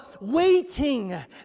waiting